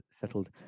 settled